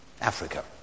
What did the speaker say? Africa